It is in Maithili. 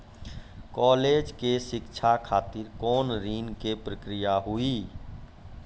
कालेज के शिक्षा खातिर कौन ऋण के प्रक्रिया हुई?